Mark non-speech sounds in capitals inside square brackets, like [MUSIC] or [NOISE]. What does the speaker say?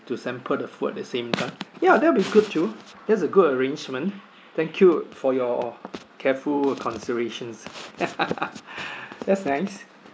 to sample the food at the same time ya that will be good too that's a good arrangement thank you for your careful considerations [LAUGHS] [BREATH] that's nice